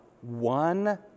one